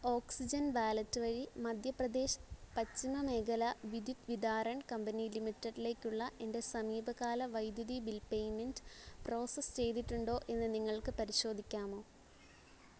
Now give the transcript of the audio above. oxygen wallet വഴി മധ്യപ്രദേശ് പശ്ചിമമേഖല Vidyut Vitaran company ലിമിറ്റഡിലേക്കുള്ള എൻ്റെ സമീപകാല വൈദ്യുതി ബിൽ പേയ്മെൻ്റ് പ്രോസസ്സ് ചെയ്തിട്ടുണ്ടോ എന്നു നിങ്ങൾക്ക് പരിശോധിക്കാമോ